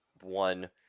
one